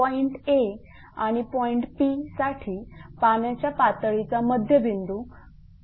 point Aआणि point P साठी पाण्याच्या पातळीचा मध्यबिंदू 45 आहे